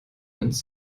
ganz